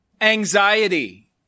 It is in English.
anxiety